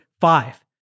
five